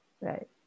Right